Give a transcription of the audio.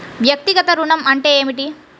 వ్యక్తిగత ఋణం అంటే ఏమిటి?